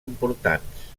importants